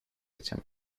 этим